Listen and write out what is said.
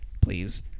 please